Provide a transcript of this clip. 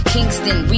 Kingston